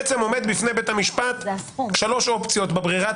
עומדות בפני בית המשפט שלוש אופציות בברירת